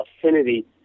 affinity